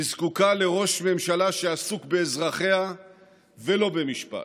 היא זקוקה לראש ממשלה שעסוק באזרחיה ולא במשפט.